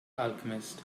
alchemist